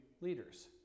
leaders